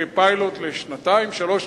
כפיילוט לשנתיים-שלוש,